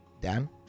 Dan